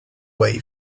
wave